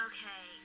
Okay